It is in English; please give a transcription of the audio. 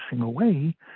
away